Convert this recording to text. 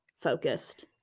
focused